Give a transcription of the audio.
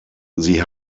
sie